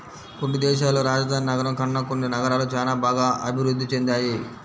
కొన్ని దేశాల్లో రాజధాని నగరం కన్నా కొన్ని నగరాలు చానా బాగా అభిరుద్ధి చెందాయి